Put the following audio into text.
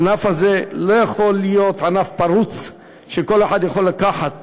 הענף הזה לא יכול להיות ענף פרוץ שכל אחד יכול לקחת